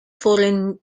foreign